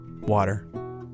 water